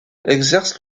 exerce